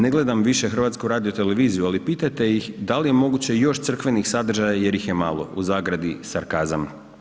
Ne gledam više HRT, ali pitajte ih da li je moguće još crkvenih sadržaja jer ih je malo u zagradi sarkazam.